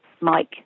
Mike